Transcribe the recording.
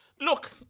Look